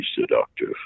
seductive